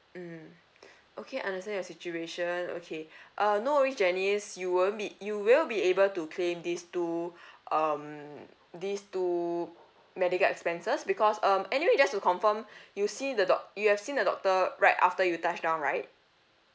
mm okay understand your situation okay uh no worry janice you won't be you will be able to claim these two um these two medical expenses because um anyway just to confirm you see the doc~ you have seen the doctor right after you touchdown right